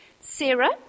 Sarah